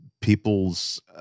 people's